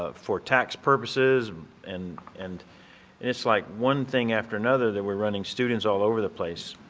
ah for tax purposes and and and it's like one thing after another that we're running students all over the place.